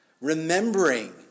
Remembering